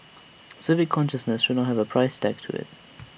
civic consciousness should not have A price tag to IT